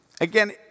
Again